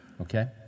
okay